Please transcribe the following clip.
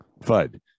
FUD